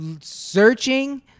searching